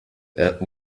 there